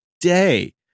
day